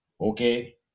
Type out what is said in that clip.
Okay